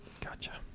Gotcha